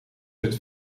zit